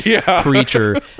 creature